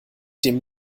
dem